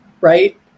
right